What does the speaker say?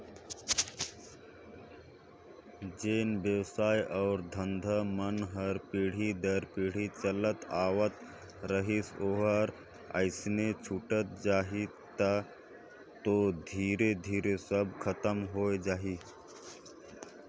जेन बेवसाय अउ धंधा मन हर पीढ़ी दर पीढ़ी चलत आवत रहिस ओहर अइसने छूटत जाही तब तो धीरे धीरे सब खतम होए जाही